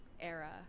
era